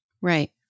Right